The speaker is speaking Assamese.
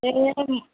এই